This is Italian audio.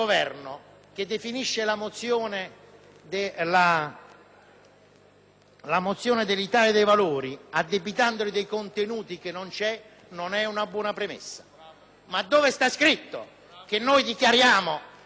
alla mozione dell'Italia dei Valori addebitandole dei contenuti che non ci sono non sia una buona premessa. Dove sarebbe scritto che noi dichiariamo che l'idratazione e l'alimentazione sono terapie?